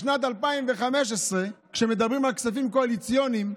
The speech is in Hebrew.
בשנת 2015, כשמדברים על כספים קואליציוניים,